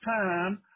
time